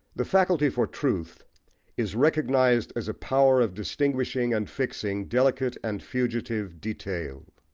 the faculty for truth is recognised as a power of distinguishing and fixing delicate and fugitive detail.